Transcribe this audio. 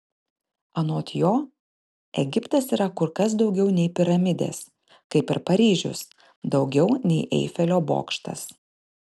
anot jo egiptas yra kur kas daugiau nei piramidės kaip ir paryžius daugiau nei eifelio bokštas